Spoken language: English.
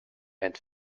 and